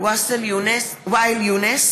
ואאל יונס,